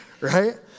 right